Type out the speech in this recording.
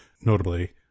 notably